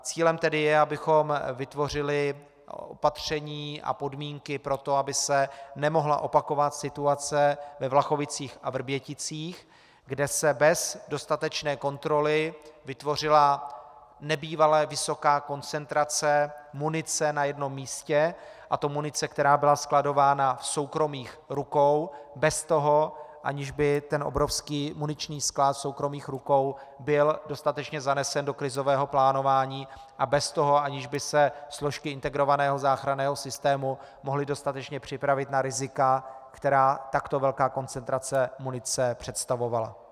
Cílem tedy je, abychom vytvořili opatření a podmínky pro to, aby se nemohla opakovat situace ve Vlachovicích a Vrběticích, kde se bez dostatečné kontroly vytvořila nebývale vysoká koncentrace munice na jednom místě, a to munice, která byla skladována v soukromých rukou bez toho, aniž by ten obrovský muniční sklad v soukromých rukou byl dostatečně zanesen do krizového plánování, a bez toho, aniž by se složky integrovaného záchranného systému mohly dostatečně připravit na rizika, která takto velká koncentrace munice představovala.